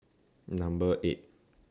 Number eight